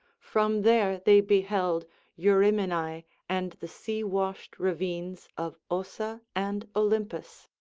from there they beheld eurymenae and the seawashed ravines of ossa and olympus